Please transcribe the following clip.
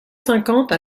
cinquante